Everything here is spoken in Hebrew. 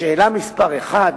תודה רבה.